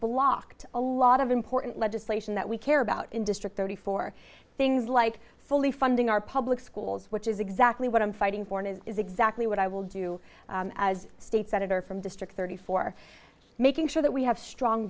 blocked a lot of important legislation that we care about in district thirty four things like fully funding our public schools which is exactly what i'm fighting for and is exactly what i will do as state senator from district thirty four making sure that we have strong